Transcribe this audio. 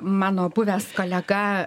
mano buvęs kolega